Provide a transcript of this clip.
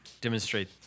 demonstrate